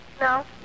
No